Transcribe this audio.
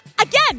Again